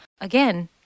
Again